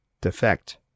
Defect